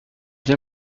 bien